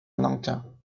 nankin